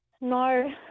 No